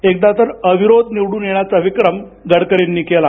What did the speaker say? एकदा तर अविरोध निवडून येण्याचा विक्रम गडकरींनी केला